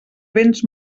béns